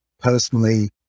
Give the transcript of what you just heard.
personally